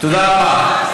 תודה רבה.